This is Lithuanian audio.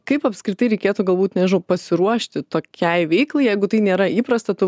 kaip apskritai reikėtų galbūt nežinau pasiruošti tokiai veiklai jeigu tai nėra įprasta tu